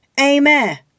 Amen